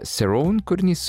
seroun kūrinys